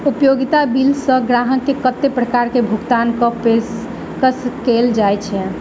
उपयोगिता बिल सऽ ग्राहक केँ कत्ते प्रकार केँ भुगतान कऽ पेशकश कैल जाय छै?